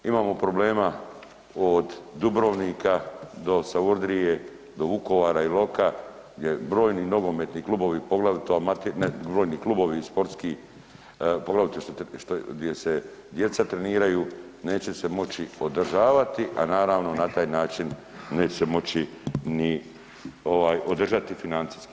Imamo problema od Dubrovnika do Savudrije do Vukovara, Iloka gdje brojni nogometni klubovi, poglavito, ne brojni klubovi sportski poglavito gdje djeca treniraju neće se moći održavati, a naravno na taj način neće se moći ni održati financijski.